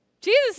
Jesus